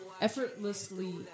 effortlessly